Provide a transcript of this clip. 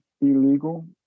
illegal